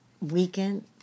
weekend